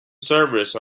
service